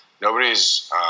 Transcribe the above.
nobody's